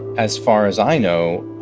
as far as i know,